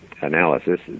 analysis